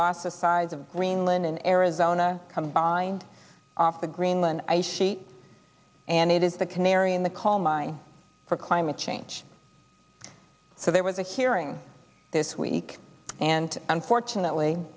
bigots size of greenland in arizona combined the greenland ice sheet and it is the canary in the call mine for climate change so there was a hearing this week and unfortunately